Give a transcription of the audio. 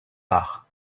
part